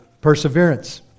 perseverance